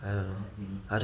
I don't know